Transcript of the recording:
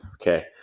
okay